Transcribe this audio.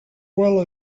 well